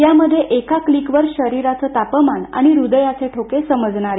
यामध्ये एका क्लिकवर शरीराचे तापमान हृदयाचे ठोके समजणार आहे